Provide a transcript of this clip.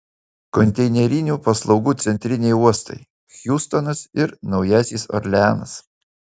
konteinerinių paslaugų centriniai uostai hjustonas ir naujasis orleanas